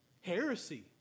Heresy